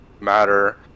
matter